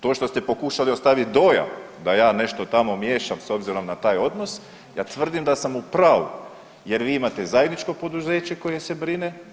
To što ste pokušali ostaviti dojam da ja tamo nešto miješam s obzirom na taj odnos, ja tvrdim da sam u pravu jer vi imate zajedničko poduzeće koje se brine.